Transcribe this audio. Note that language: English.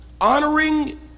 honoring